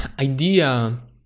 idea